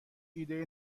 ایدهای